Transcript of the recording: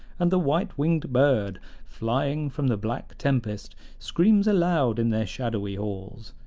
and the white-winged bird flying from the black tempest screams aloud in their shadowy halls.